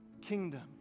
kingdom